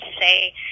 say